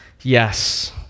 yes